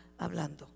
hablando